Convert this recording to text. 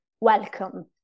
welcome